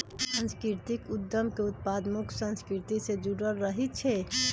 सांस्कृतिक उद्यम के उत्पाद मुख्य संस्कृति से जुड़ल रहइ छै